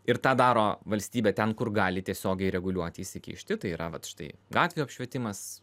ir tą daro valstybė ten kur gali tiesiogiai reguliuoti įsikišti tai yra vat štai gatvių apšvietimas